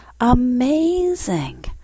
Amazing